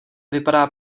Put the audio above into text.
vypadá